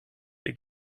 ihr